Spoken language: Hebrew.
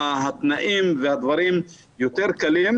התנאים והדברים יותר קלים.